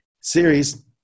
series